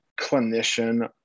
clinician